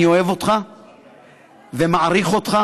אני אוהב אותך ומעריך אותך